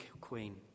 queen